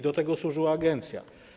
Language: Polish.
Do tego służyła agencja.